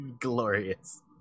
Glorious